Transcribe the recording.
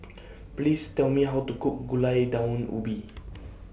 Please Tell Me How to Cook Gulai Daun Ubi